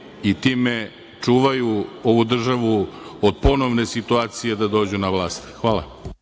i time čuvaju ovu državu od ponovne situacije da dođu na vlast. Hvala.